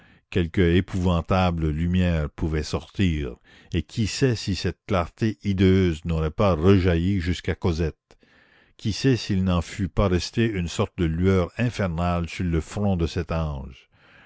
quelque épouvantable lumière pouvait sortir et qui sait si cette clarté hideuse n'aurait pas rejailli jusqu'à cosette qui sait s'il n'en fût pas resté une sorte de lueur infernale sur le front de cet ange